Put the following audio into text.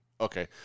Okay